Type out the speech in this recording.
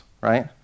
right